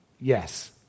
Yes